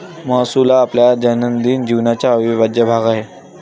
महसूल हा आपल्या दैनंदिन जीवनाचा अविभाज्य भाग आहे